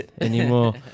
anymore